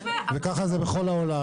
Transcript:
וכך זה בכל העולם.